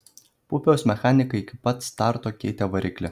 pupiaus mechanikai iki pat starto keitė variklį